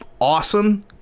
awesome